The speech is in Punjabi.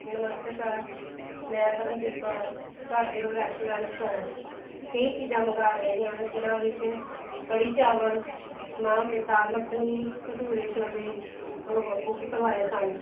ਨਮਸਤੇ ਸਰ ਮੈਂ ਪਰਮਜੀਤ ਕੌਰ ਤੁਹਾਡੇ ਰੈਸਟੋਰੈਂਟ ਤੋਂ ਕਈ ਚੀਜ਼ਾਂ ਮੰਗਵਾ ਰਹੀ ਹਾਂ ਜਿਨ੍ਹਾਂ ਵਿੱਚ ਕੜੀ ਚਾਵਲ ਮਾਂਹ ਦਾਲ ਮੱਖਣੀ ਭਟੂਰੇ ਛੋਲੇ ਬੁਕ ਕਰਵਾਏ ਸਨ